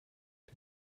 die